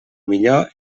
millor